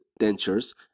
dentures